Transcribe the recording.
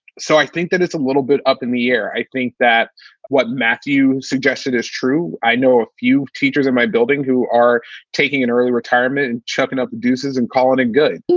so i think that it's a little bit up in the air. i think that what matthew suggested is true. i know a few teachers in my building who are taking an early retirement and checking up deuce's and call it a good.